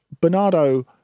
Bernardo